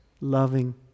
Loving